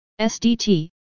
SDT